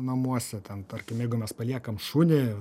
namuose ten tarkim jeigu mes paliekam šunį